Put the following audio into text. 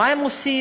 מה הם עושים,